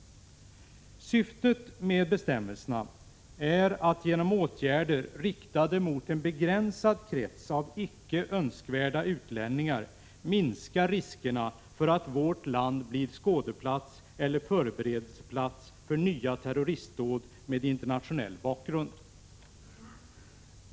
Syftet med bestämmelserna är att genom åtgärder, riktade mot en begränsad krets av icke önskvärda utlänningar, minska riskerna för att vårt land blir skådeplats eller förberedelseplats för nya terroristdåd med internationell bakgrund.